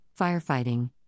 firefighting